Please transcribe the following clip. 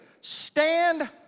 stand